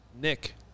Nick